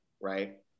right